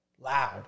Loud